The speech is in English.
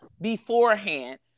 beforehand